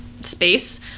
space